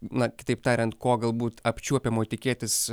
na kitaip tariant ko galbūt apčiuopiamo tikėtis